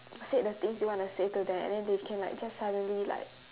said the things you wanna say to them and then they can like just suddenly like